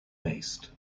based